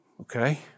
okay